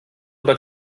oder